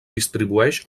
distribueix